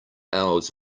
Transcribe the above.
hours